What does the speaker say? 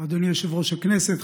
אדוני יושב-ראש הכנסת,